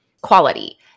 quality